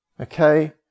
Okay